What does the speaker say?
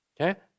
okay